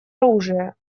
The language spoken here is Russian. оружия